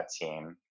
team